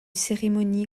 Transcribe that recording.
cérémonie